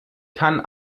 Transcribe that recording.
kann